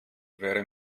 wäre